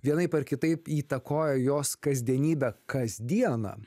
vienaip ar kitaip įtakoja jos kasdienybę kasdieną